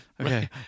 Okay